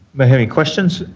but any questions?